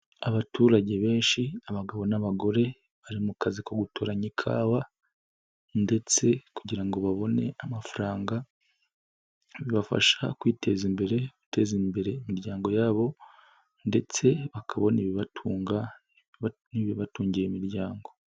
Abaturage benshi abagabo n'abagore bari mu kazi ko gutoranya ikawa, ndetse kugira ngo babone amafaranga bibafasha kwiteza imbere, guteza imbere imiryango yabo, ndetse bakabona ibibatunga n'ibibatungira imiryango.